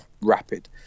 rapid